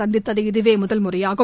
சந்தித்தது இதுவே முதல் முறையாகும்